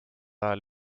ajal